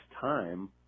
time